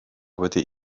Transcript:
wedi